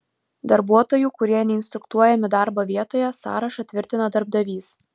darbuotojų kurie neinstruktuojami darbo vietoje sąrašą tvirtina darbdavys